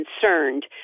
concerned